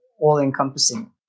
all-encompassing